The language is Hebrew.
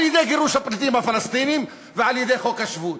על-ידי גירוש הפליטים הפלסטינים ועל-ידי חוק השבות.